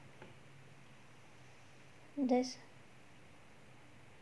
there's